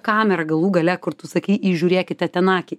kamera galų gale kur tu sakei įžiūrėkite ten akį